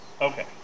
Okay